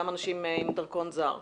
גם אנשים עם דרכון זר.